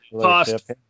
cost